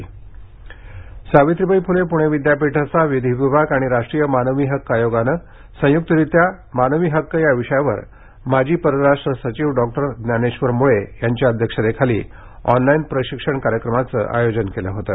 मानवाधिकार प्रशिक्षण सावित्रीबाई फुले पुणे विद्यापीठाचा विधी विभाग आणि राष्ट्रीय मानवी हक्क आयोगानं संयुक्तरित्या मानवी हक्क या विषयावर माजी परराष्ट्र सचिव डॉक्टर ज्ञानेश्वर मुळ्ये यांच्या अध्यक्षतेखाली ऑनलाईन प्रशिक्षण कार्यक्रमाचं आयोजन केलं होतं